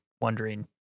wondering